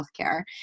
healthcare